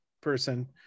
person